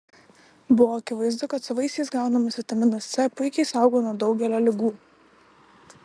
buvo akivaizdu kad su vaisiais gaunamas vitaminas c puikiai saugo nuo daugelio ligų